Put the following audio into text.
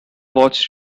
watched